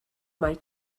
mai